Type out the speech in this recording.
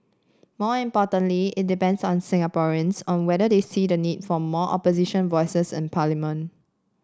more importantly it depends on Singaporeans on whether they see the need for more Opposition voices in parliament